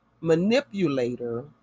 manipulator